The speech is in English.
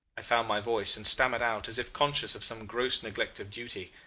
i found my voice, and stammered out as if conscious of some gross neglect of duty,